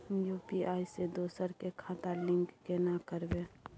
UPI से दोसर के खाता लिंक केना करबे?